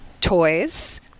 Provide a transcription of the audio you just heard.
toys